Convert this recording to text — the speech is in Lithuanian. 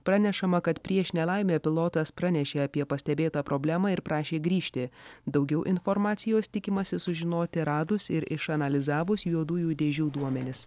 pranešama kad prieš nelaimę pilotas pranešė apie pastebėtą problemą ir prašė grįžti daugiau informacijos tikimasi sužinoti radus ir išanalizavus juodųjų dėžių duomenis